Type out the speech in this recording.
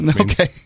Okay